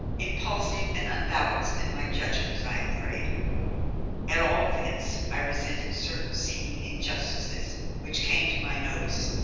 impulsive and unbalanced in my judgments, i am afraid at all events i resented certain seeming injustices which came to my notice,